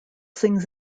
sings